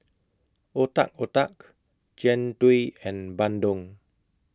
Otak Otak Jian Dui and Bandung